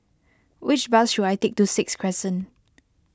which bus should I take to Sixth Crescent